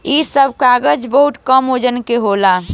इ सब कागज बहुत कम वजन के होला